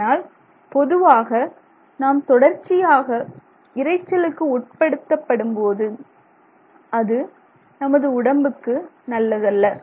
ஆனால் பொதுவாக நாம் தொடர்ச்சியாக இரைச்சலுக்கு உட்படுத்தப்படும்போது அது நமது உடம்புக்கு நல்லதல்ல